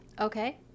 okay